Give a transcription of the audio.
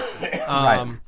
right